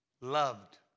loved